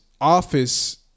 office